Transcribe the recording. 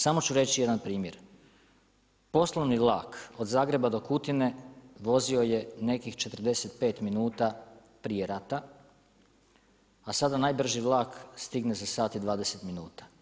Samo ću reći jedan primjer, poslovni vlak od Zagreba do Kutine vozio je nekih 45 minuta prije rata a sada najbrži vlak stigne za sat i 20 minuta.